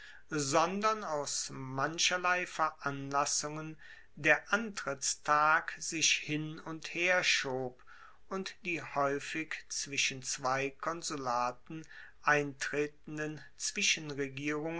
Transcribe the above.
sondern aus mancherlei veranlassungen der antrittstag sich hin und her schob und die haeufig zwischen zwei konsulaten eintretenden